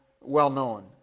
well-known